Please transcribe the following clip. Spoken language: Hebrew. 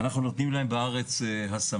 אנחנו נותנים להם בארץ השמה,